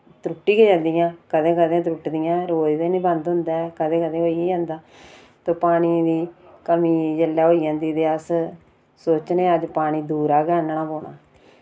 त्रुट्टी गै जन्दियां कदैं कदैं त्रुटदियां रोज ते नि बंद होंदा ऐ कदैं कदैं होई गै जंदा ते पानी दी कमी जेल्लै होई जंदी ते अस सोचनेआं अज्ज पानी दूरा गै आह्नना पोना